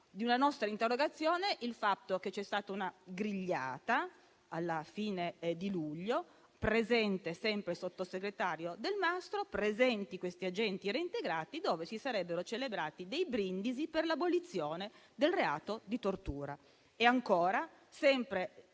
di una nostra interrogazione il fatto che vi sia stata una grigliata alla fine di luglio, presente sempre il sottosegretario Delmastro e presenti quegli agenti reintegrati, dove si sarebbero celebrati dei brindisi per l'abolizione del reato di tortura. Ancora, sempre